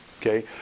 Okay